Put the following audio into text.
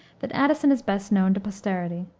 that addison is best known to posterity.